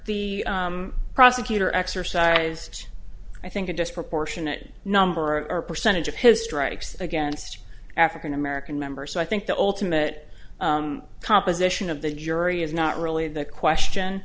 the prosecutor exercise i think a disproportionate number of our percentage of his strikes against african american members so i think the ultimate composition of the jury is not really the question